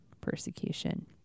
persecution